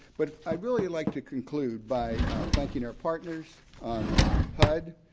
but i'd really like to conclude by thanking our partners um hud,